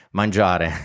mangiare